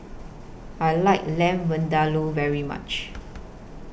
I like Lamb Vindaloo very much